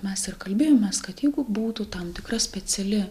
mes ir kalbėjomės kad jeigu būtų tam tikra speciali